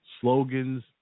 slogans